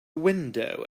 window